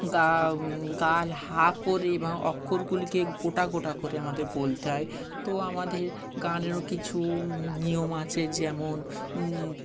গা গাল হা করে এবং অক্ষরগুলিকে গোটা গোটা করে আমাদের বলতে হয় তো আমাদের গানেরও কিছু নিয়ম আছে যেমন